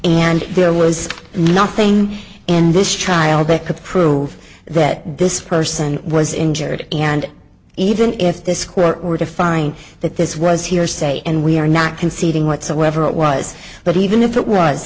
and there was nothing in this child that could prove that this person was injured and even if this court were to find that this was hearsay and we are not conceding whatsoever it was but even if it was